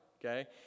Okay